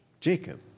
Jacob